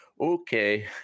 okay